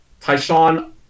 Tyshawn